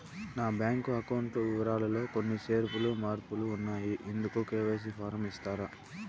నా bank account వివరాలు లో కొన్ని చేర్పులు మార్పులు ఉన్నాయి, ఇందుకు కె.వై.సి ఫారం ఇస్తారా?